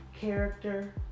character